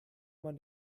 man